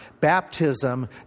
baptism